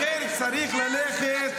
תן לי להמשיך.